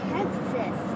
Texas